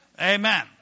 Amen